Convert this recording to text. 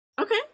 okay